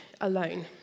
alone